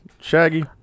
Shaggy